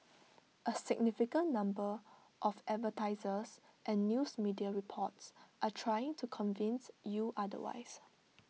A significant number of advertisers and news media reports are trying to convince you otherwise